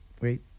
wait